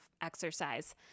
exercise